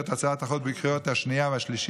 את החוק את הצעת החוק בקריאה השנייה והשלישית,